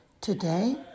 Today